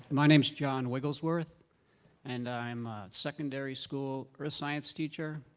my name's john wigglesworth and i'm a secondary school earth science teacher.